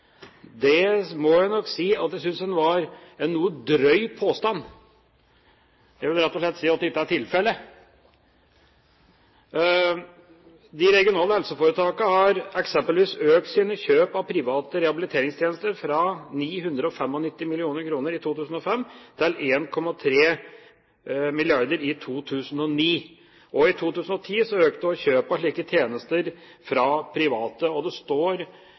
Det må jeg nok si at jeg synes var en noe drøy påstand. Jeg vil rett og slett si at det ikke er tilfellet. De regionale helseforetakene har eksempelvis økt sine kjøp av private rehabiliteringstjenester fra 995 mill kr i 2005 til 1,3 mrd. kr i 2009. Også i 2010 økte kjøpet av slike tjenester fra private. Det står tydelig i budsjettet, og det